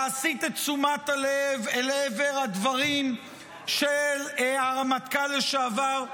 להסיט את תשומת הלב אל עבר הדברים של הרמטכ"ל לשעבר,